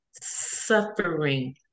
suffering